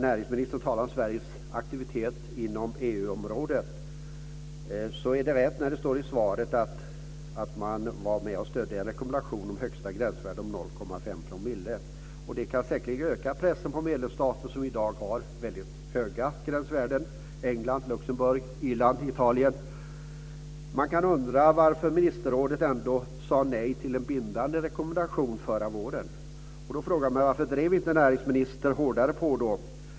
Näringsministern talar om Sveriges aktivitet inom EU. Det är rätt som det står i svaret att Sverige stödde en rekommendation om högsta gränsvärde om 0,5 promille. Det kan säkerligen öka pressen på medlemsstater som i dag har höga gränsvärden - England, Luxemburg, Irland, Italien. Man kan undra varför ministerrådet sade nej till en bindande rekommendation förra våren. Varför drev inte näringsministern på hårdare då?